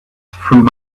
through